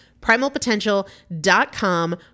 Primalpotential.com